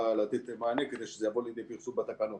לתת מענה כדי שזה יבוא לידי פרסום בתקנות.